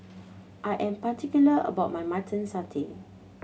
I am particular about my Mutton Satay